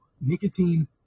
Nicotine